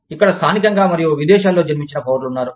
ఇక్కడ స్థానికంగా మరియు విదేశాలలో జన్మించిన పౌరులు ఉన్నారు